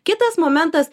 kitas momentas